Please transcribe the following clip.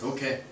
Okay